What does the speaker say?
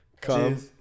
Come